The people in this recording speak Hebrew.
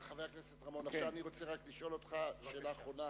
חבר הכנסת רמון, אני רוצה לשאול אותך שאלה אחרונה